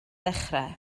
dechrau